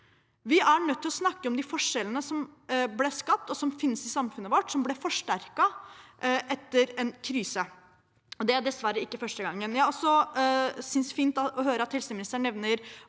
Vi er nødt til å snakke om de forskjellene som ble skapt, og som finnes i samfunnet vårt, som ble forsterket etter en krise. Det er dessverre ikke første gang. Jeg synes også det er fint å høre at helseministeren nevner